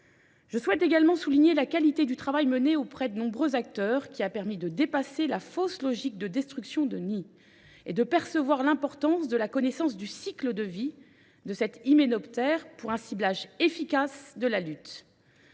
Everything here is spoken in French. Je souhaite également souligner la qualité du travail mené auprès de nombreux acteurs, qui a permis de dépasser la fausse logique de destruction des nids et de percevoir l’importance de la connaissance du cycle de vie de cet hyménoptère pour un ciblage efficace de la lutte.